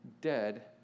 dead